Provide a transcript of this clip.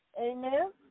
Amen